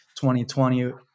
2020